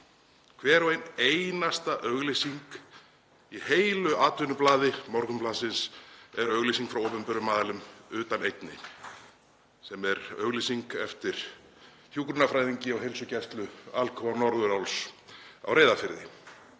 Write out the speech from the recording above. Hver og ein einasta auglýsing í heilu atvinnublaði Morgunblaðsins er auglýsing frá opinberum aðilum nema ein sem er auglýsing eftir hjúkrunarfræðingi á heilsugæslu Alcoa Fjarðaáls á Reyðarfirði.